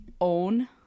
own